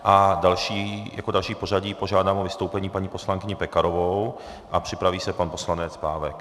A jako další v pořadí požádám o vystoupení paní poslankyni Pekarovou a připraví se pan poslanec Pávek.